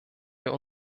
wir